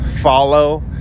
follow